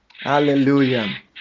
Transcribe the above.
Hallelujah